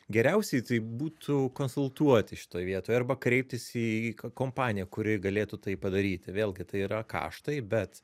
geriausiai tai būtų konsultuoti šitoj vietoj arba kreiptis į į ko kompaniją kuri galėtų tai padaryti vėlgi tai yra kaštai bet